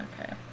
Okay